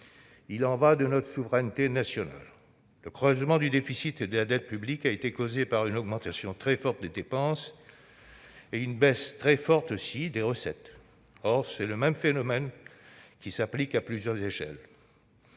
Il y va de notre souveraineté nationale. Le creusement du déficit et de la dette publique est dû à une hausse très forte des dépenses et à une baisse très forte aussi des recettes. Or c'est le même phénomène qui s'applique à plusieurs échelons.